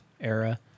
era